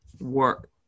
work